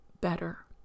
better